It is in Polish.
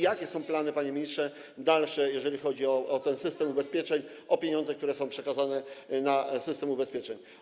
Jakie są dalsze plany, panie ministrze, jeżeli chodzi o ten system ubezpieczeń, o pieniądze, które są przekazane na system ubezpieczeń?